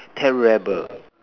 terrible